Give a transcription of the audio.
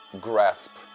grasp